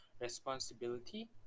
responsibility